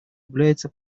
является